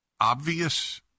obvious